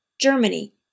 Germany